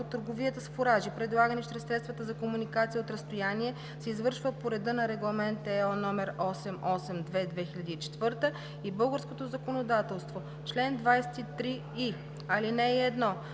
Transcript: търговията с фуражи, предлагани чрез средства за комуникация от разстояние, се извършва по реда на Регламент (ЕО) № 882/2004 и българското законодателство. Чл. 23и. (1)